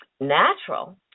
natural